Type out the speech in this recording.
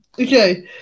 okay